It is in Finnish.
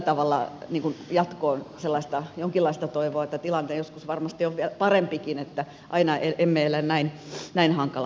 mutta toivotaan kyllä jatkoon jonkinlaista toivoa että tilanne joskus varmasti on vielä parempikin että aina emme elä näin hankalassa tilanteessa